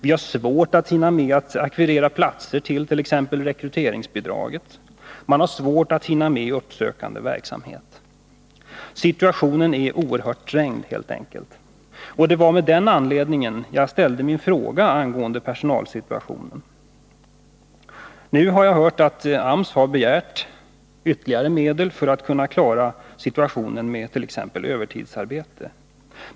Man har svårt att hinna med t.ex. att ackvirera platser till rekryteringsbidraget, och man har svårt att hinna med uppsökande verksamhet. Situationen är helt enkelt oerhört trängd, och det var av den anledningen jag ställde min fråga angående personalsituationen på förmedlingarna. Nu har jag hört att AMS har begärt ytterligare medel för att kunna klara situationen med t.ex. övertidsarbete.